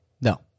No